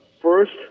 first